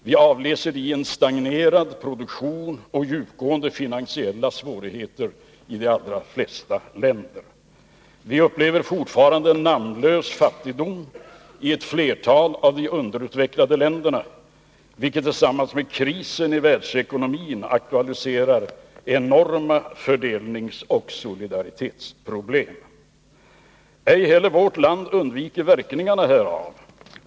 Vi avläser det i en stagnerad produktion och djupgående finansiella svårigheter i de flesta länder. Vi upplever fortfarande en namnlös fattigdom i ett flertal av de underutvecklade länderna, vilket tillsammans med krisen i världsekonomin aktualiserar enorma fördelningsoch solidaritetsproblem. Ej heller vårt land undviker verkningarna härav.